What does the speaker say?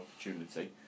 opportunity